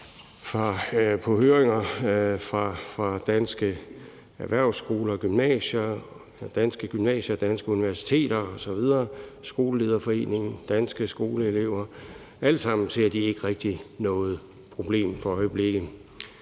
på høringer fra Danske Erhvervsskoler, Danske Gymnasier, Danske Universiteter, Skolelederforeningen, Danske Skoleelever osv. De ser alle sammen ikke rigtig noget problem for øjeblikket.